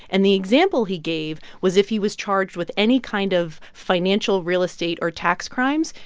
and the example he gave was if he was charged with any kind of financial, real estate or tax crimes.